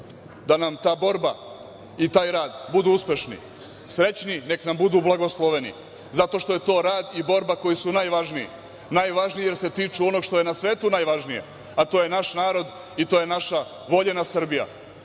da nam ta borba i taj rad budu uspešni, srećni i nek nam budu blagosloveni, zato što je to rad i borba koji su najvažniji, najvažniji jer se tiču onoga što je na svetu najvažnije, a to je naš narod i naša voljena Srbija,